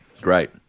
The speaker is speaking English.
Great